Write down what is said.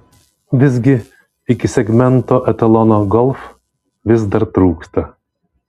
visgi iki segmento etalono golf vis dar trūksta